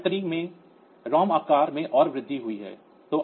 8953 में रॉम आकार में और वृद्धि हुई है